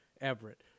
Everett